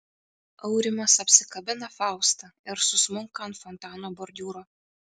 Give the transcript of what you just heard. aurimas apsikabina faustą ir susmunka ant fontano bordiūro